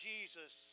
Jesus